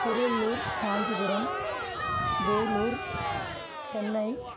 Tiruvallur Kanchipuram Vellore Chennai